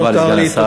תודה לסגן השר.